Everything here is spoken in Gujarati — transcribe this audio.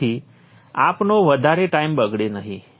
તેથી આપનો વધારે ટાઈમ બગડે નહીં